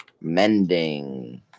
Mending